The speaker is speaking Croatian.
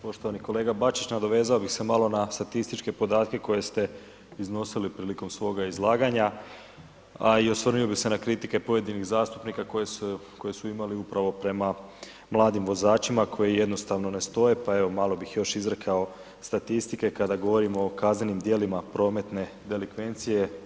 Poštovani kolega Bačić, nadovezao bi se malo na statističke podatke koje ste iznosili prilikom svoga izlaganja, a i osvrnuo bi se na kritike pojedinih zastupnika koje su imali upravo prema mladim vozačima koji jednostavno ne stoje, pa evo malo bih još izrekao statistike kada govorimo o kaznenim djelima prometne delikvencije.